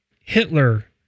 Hitler